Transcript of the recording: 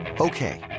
Okay